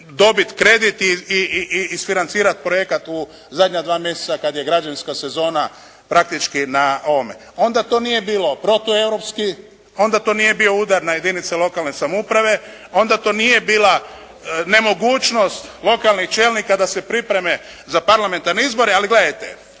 dobiti kredit i isfinancirati projekt u zadnja 2 mjeseca kad je građevinska sezona praktički na ovome. Onda to nije bilo protueuropski, onda to nije bio udar na jedinice lokalne samouprave, onda to nije bila nemogućnost lokalnih čelnika da se pripreme za parlamentarne izbore, ali gledajte.